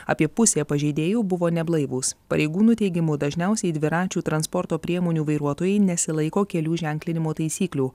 apie pusė pažeidėjų buvo neblaivūs pareigūnų teigimu dažniausiai dviračių transporto priemonių vairuotojai nesilaiko kelių ženklinimo taisyklių